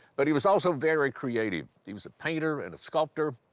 but he was also very creative. he was a painter and a sculptor.